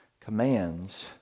commands